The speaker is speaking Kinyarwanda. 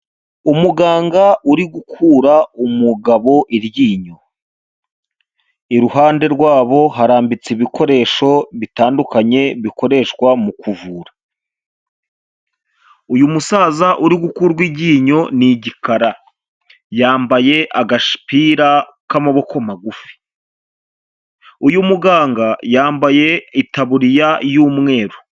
Umuganga uri gukura umugabo iryinyo, iruhande rwabo harambitse ibikoresho bitandukanye bikoreshwa mu kuvura, uyu musaza uri gukurwa iryinyo ni igikara, yambaye agapira k'amaboko magufi, uyu muganga yambaye itaburiya y'umweru.